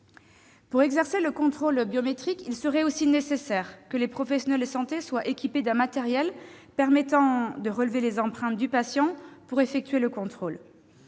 Pour exercer un contrôle biométrique, il serait aussi nécessaire que les professionnels de santé soient équipés d'un matériel permettant de relever les empreintes du patient. Ce processus aurait